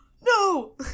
No